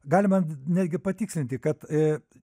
galima netgi patikslinti kad